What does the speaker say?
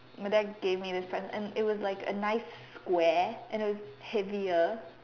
my dad gave me this present and it was like a nice square and it was heavier